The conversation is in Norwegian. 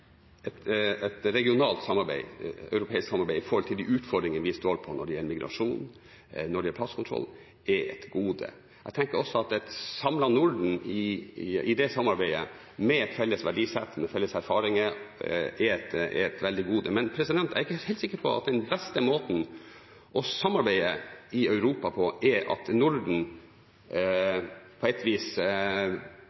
et regionalt samarbeid, et europeisk samarbeid om de utfordringene vi står overfor når det gjelder migrasjon og passkontroll, er et gode. Jeg tenker også at et samlet Norden i det samarbeidet, med et felles verdisett, med felles erfaringer, er et veldig gode. Men jeg er ikke helt sikker på at den beste måten å samarbeide i Europa på er at Norden